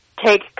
take